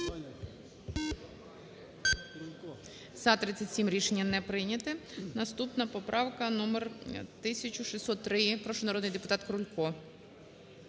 За-37 Рішення не прийняте. Наступна поправка номер 1603. Прошу, народний депутат Крулько.